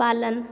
पालन